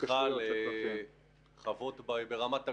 תמיכה לחוות ברמת הגולן,